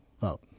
vote